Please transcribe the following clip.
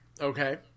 Okay